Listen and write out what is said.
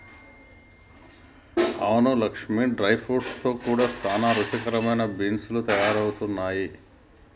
అవును Lakshmi dry fruits లో కూడా సానా రుచికరమైన బీన్స్ లు తయారవుతున్నాయి